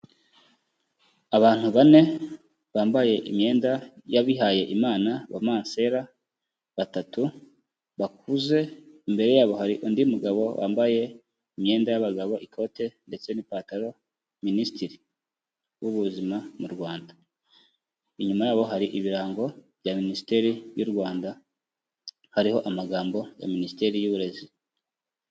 Abantu bane bambaye imyenda y'abihaye Imana, abamansera batatu bakuze, imbere yabo hari undi mugabo wambaye imyenda y'abagabo, ikote ndetse n'ipantaro Minisitiri w'Ubuzima mu Rwanda. Inyuma yabo hari ibirango bya Minisiteri y'u Rwanda, hariho amagambo ya Minisiteri y'Uburezi.